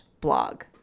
blog